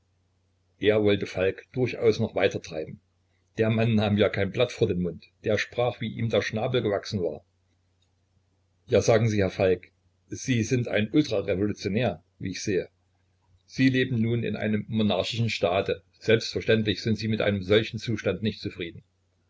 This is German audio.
er wollte falk durchaus noch weiter treiben der mann nahm ja kein blatt vor den mund der sprach wie ihm der schnabel gewachsen war ja sagen sie herr falk sie sind ein ultrarevolutionär wie ich sehe sie leben nun in einem monarchischen staate selbstverständlich sind sie mit einem solchen zustand nicht zufrieden